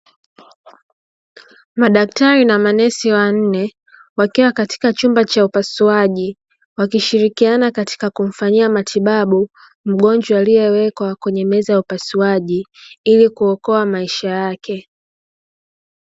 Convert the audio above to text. Madaktari na manesi wanne wakiwa katika chumba cha upasuaji wakishilikiana katika kumfanyia matibabu mgonjwa aliyewekwa kwenye meza ya upasuaji, ili kuokoa maisha yake.